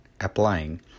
applying